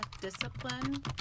discipline